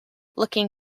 looking